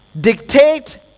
dictate